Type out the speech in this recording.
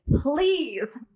please